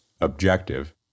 objective